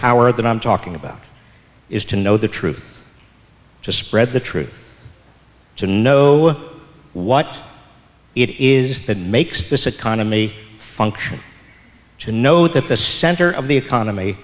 power that i'm talking about is to know the truth to spread the truth to know what it is that makes this economy function to know that the center of the economy